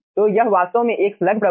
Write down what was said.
तो यह वास्तव में एक स्लग प्रवाह है